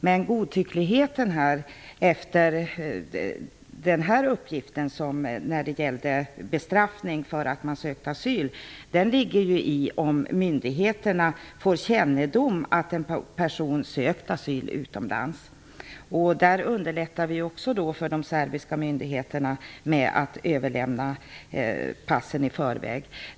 Men godtyckligheten när det gällde bestraffning för personer som ansökt om asyl ligger i om myndigheterna får kännedom om att en person ansökt om asyl utomlands. Genom att överlämna passen i förväg underlättar vi ytterligare för de serbiska myndigheterna.